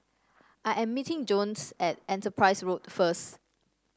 I am meeting Jones at Enterprise Road first